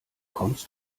kommst